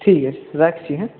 ঠিক আছে রাখছি হ্যাঁ